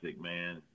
man